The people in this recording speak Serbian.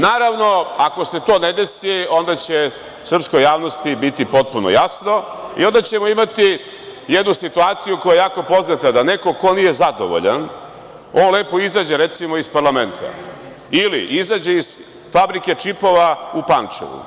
Naravno, ako se to ne desi, onda će srpskoj javnosti biti potpuno jasno i onda ćemo imati jednu situaciju koja je jako poznata, da neko ko nije zadovoljan, on lepo izađe, recimo, iz parlamenta, ili izađe iz fabrike čipova u Pančevu,